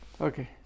okay